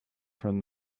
from